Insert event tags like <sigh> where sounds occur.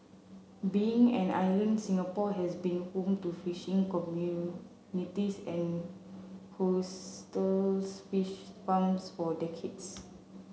being an island Singapore has been home to fishing communities and coastal <unintelligible> fish farms for decades